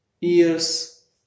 ears